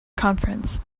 conference